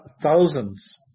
thousands